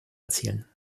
erzielen